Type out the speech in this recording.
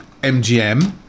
MGM